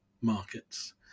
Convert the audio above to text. markets